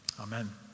Amen